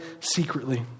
secretly